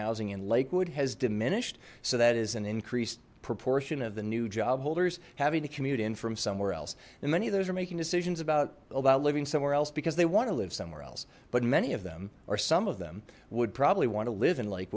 housing in lakewood has diminished so that is an increased proportion of the new job holders having to commute in from somewhere else and many of those are making decisions about about living somewhere else because they want to live somewhere else but many of them are some of them would probably want to live in lake